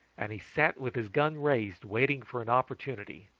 and he sat with his gun raised waiting for an opportunity.